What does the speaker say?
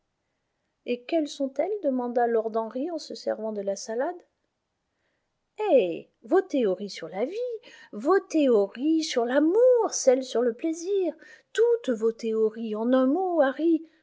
et quelles sont-elles demanda lord henry en se servant de la salade eh vos théories sur la vie vos théories sur l'amour celles sur le plaisir toutes vos théories en un mot